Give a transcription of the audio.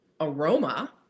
aroma